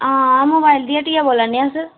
हां मोबाइल दी हट्टिया बोला ने अस